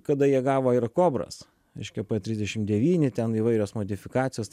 kada jie gavo ir kobras reiškia p trisdešimt devyni ten įvairios modifikacijos